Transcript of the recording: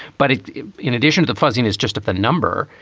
but in addition to the fuzzing is just a the number.